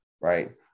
right